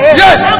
yes